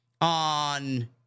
on